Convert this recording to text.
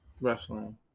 Wrestling